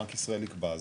בנק ישראל יקבע,